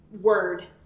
word